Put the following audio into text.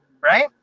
Right